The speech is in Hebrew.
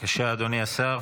בבקשה אדוני השר.